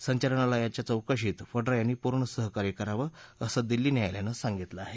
संचालयानाच्या चौकशीत वड्रा यांनी पूर्ण सहकार्य करावं अस दिल्ली न्यायालयानं सांगितलं आहे